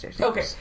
Okay